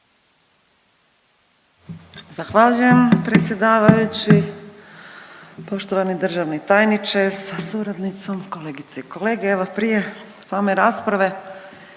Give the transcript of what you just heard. Zahvaljujem predsjedavajući. Poštovani državni tajniče sa suradnicom, kolegice i kolege. Evo prije same rasprave